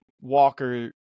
Walker